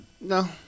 No